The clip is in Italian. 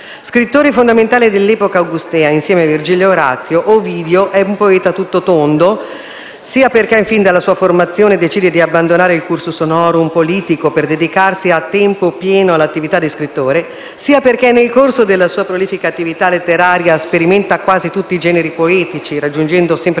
Scrittore fondamentale dell'epoca augustea insieme a Virgilio e Orazio, Ovidio è poeta a tutto tondo sia perché fin dalla sua formazione decide di abbandonare il *cursus honorum* politico per dedicarsi a tempo pieno all'attività di scrittore sia perché, nel corso della sua prolifica attività letteraria, sperimenta quasi tutti i generi poetici, raggiungendo sempre